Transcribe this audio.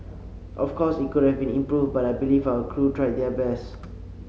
of course it could have been improved but I believe our crew tried their best